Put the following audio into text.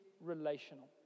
relational